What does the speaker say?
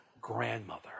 grandmother